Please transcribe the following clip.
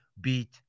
beat